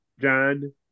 John